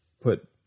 put